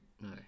No